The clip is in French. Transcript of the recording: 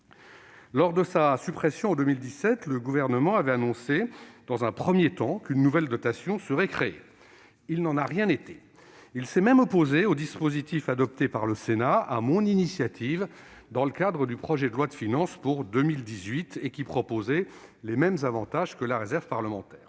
Lors de sa suppression en 2017, le Gouvernement avait annoncé dans un premier temps qu'une nouvelle dotation serait créée. Il n'en a rien été. Il s'est même opposé au dispositif adopté par le Sénat sur mon initiative, dans le cadre du projet de loi de finances pour 2018, qui prévoyait les mêmes avantages que la réserve parlementaire.